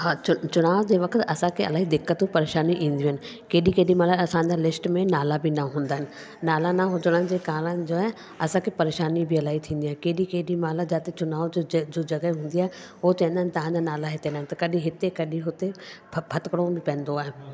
हा चु चुनाव जे वक़्ति असांखे इलाही दिक़तूं परेशानी ईंदियूं आहिनि केॾी केॾी महिल असांजा लिस्ट में नाला बि न हूंदा आहिनि नाला न हुजण जे कारण जो आहे असांखे परेशानी बि इलाही थींदी आहे केॾी केॾी महिल जाते चुनाव जो ज जॻह हूंदी आहे उहो चवंदा आहिनि तव्हांजा नाला हिते न आहे त कॾहिं हिते कॾहिं हुते फथकणो पवंदो आहे